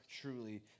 truly